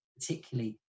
particularly